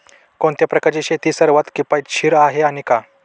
कोणत्या प्रकारची शेती सर्वात किफायतशीर आहे आणि का?